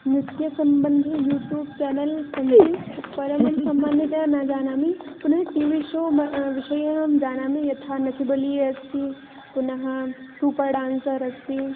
नृत्यसम्बन्धि YouTube channel सन्ति परमहं सामान्यतया ना जानामि पुनः टी वी शो विषये अहं जानामि यथा नच् बलिये अस्ति पुनः सूपर् डान्सर् अस्ति